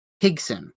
Higson